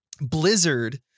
Blizzard